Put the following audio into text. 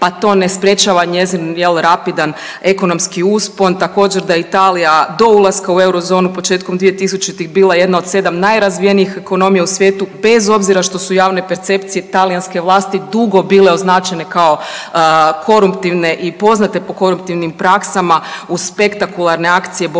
pa to ne sprječava njezin, je li, rapidan ekonomski uspon. Također, da Italija do ulaska u Eurozonu početkom 2000-ih bila jedna od 7 najrazvijenijih ekonomija u svijetu bez obzira što su javne percepcije talijanske vlasti dugo bile označene kao koruptivne i poznate po koruptivnim praksama uz spektakularne akcije borbe